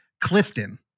Clifton